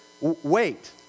Wait